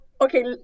Okay